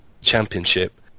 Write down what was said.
Championship